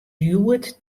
hjoed